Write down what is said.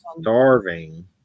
starving